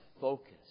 focus